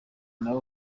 nabo